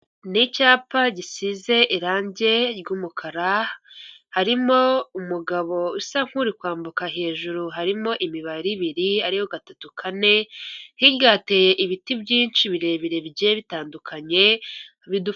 Nicyapa gisize irangi ry'umukara, harimo umugabo usa nk'uri kwambuka hejuru harimo imibare ibiri, hariyo gatatu kane hirya hateye ibiti byinshi birebire bigiye bitandukanye bidufasha.